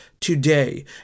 today